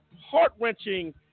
heart-wrenching